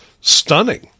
stunning